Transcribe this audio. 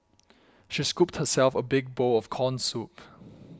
she scooped herself a big bowl of Corn Soup